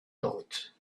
thought